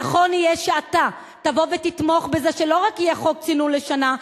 ונכון יהיה שאתה תבוא ותתמוך בזה שלא רק יהיה חוק צינון לשנה,